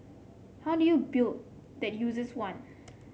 how do you build that users want